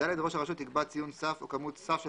ראש הרשות יקבע ציון סף או כמות סף של